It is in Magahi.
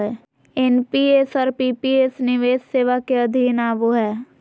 एन.पी.एस और पी.पी.एस निवेश सेवा के अधीन आवो हय